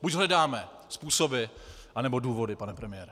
Buď hledáme způsoby, anebo důvody, pane premiére.